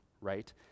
right